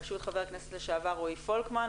בראשות ח"כ לשעבר רועי פולקמן.